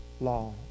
law